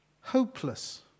hopeless